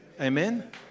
Amen